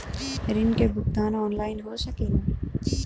ऋण के भुगतान ऑनलाइन हो सकेला?